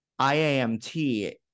IAMT